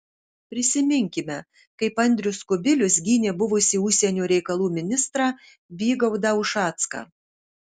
prisiminkime kaip andrius kubilius gynė buvusį užsienio reikalų ministrą vygaudą ušacką